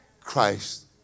Christ